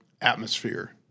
atmosphere